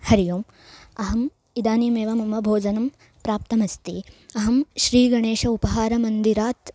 हरिः ओम् अहम् इदानीमेव मम भोजनं प्राप्तमस्ति अहं श्रीगणेशः उपहारमन्दिरात्